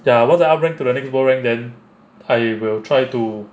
ya once I up rank to the next world rank then I will try to